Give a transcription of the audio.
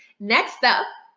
next up,